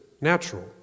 natural